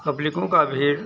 पब्लिकों का भीड़